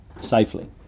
safely